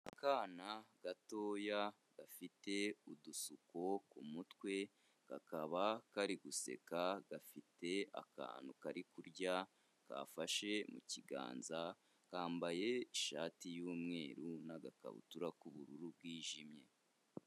Akana gatoya gafite udusuko ku kumutwe. Kakaba kari guseka gafite akantu kari kurya kafashe mu kiganza kambaye ishati y'umweru, n'agakabutura k'ubururu bwijimye.